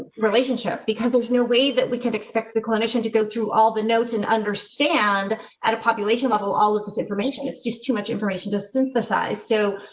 relationship. because there's no way that we can expect the clinician to go through all the notes and understand at a population level. all of this information. it's just too much information to synthesize. so,